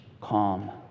calm